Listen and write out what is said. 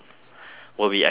will be actually even worse